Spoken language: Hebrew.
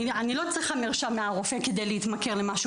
אני לא צריכה מרשם מהרופא כדי להתמכר למשהו